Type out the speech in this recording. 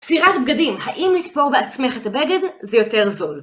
תפירת בגדים. האם לטפור בעצמך את הבגד זה יותר זול?